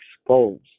exposed